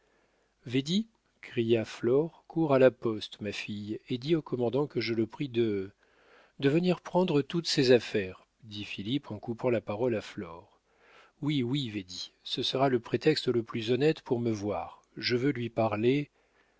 philippe védie cria flore cours à la poste ma fille et dis au commandant que je le prie de de venir prendre toutes ses affaires dit philippe en coupant la parole à flore oui oui védie ce sera le prétexte le plus honnête pour me voir je veux lui parler